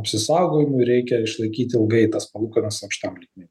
apsisaugojimui reikia išlaikyt ilgai tas palūkanas aukštam lygmeny